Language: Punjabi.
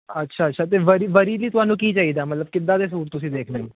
ਅੱਛਾ ਅੱਛਾ ਅਤੇ ਵਰੀ ਵਰੀ ਦੀ ਤੁਹਾਨੂੰ ਕੀ ਚਾਹੀਦਾ ਮਤਲਬ ਕਿੱਦਾਂ ਦੇ ਸੂਟ ਤੁਸੀਂ ਦੇਖਣੇ